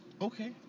Okay